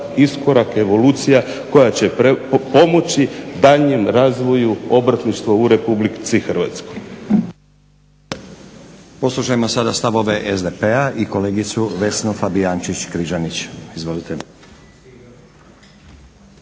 iskorak evolucija koja će pomoći daljnjem razvoju obrtništva u Republici Hrvatskoj.